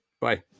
bye